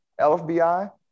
LFBI